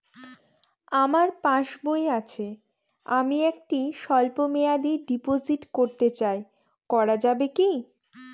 আমার পাসবই আছে আমি একটি স্বল্পমেয়াদি ডিপোজিট করতে চাই করা যাবে কি?